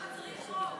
אז למה צריך חוק?